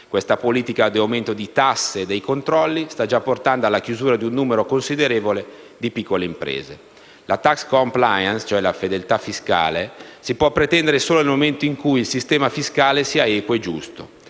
Questa politica di aumento di tasse e dei controlli sta già portando alla chiusura di un numero considerevole di piccole imprese. La *tax compliance* (cioè la fedeltà fiscale) si può pretendere solo nel momento in cui il sistema fiscale sia equo e giusto,